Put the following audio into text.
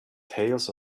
tails